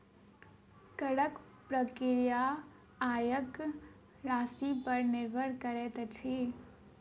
करक प्रक्रिया आयक राशिपर निर्भर करैत अछि